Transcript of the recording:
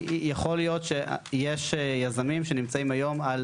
יכול להיות שיש יזמים שנמצאים היום על